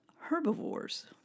herbivores